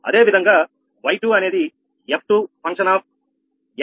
అదేవిధంగా y2 అనేది f2 function of x1x2